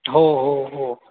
हो हो हो